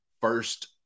first